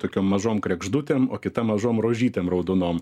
tokiom mažom kregždutėm o kita mažom rožytėm raudonom